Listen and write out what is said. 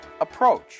approach